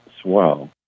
swell